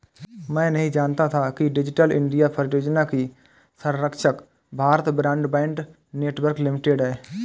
मैं नहीं जानता था कि डिजिटल इंडिया परियोजना की संरक्षक भारत ब्रॉडबैंड नेटवर्क लिमिटेड है